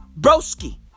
Broski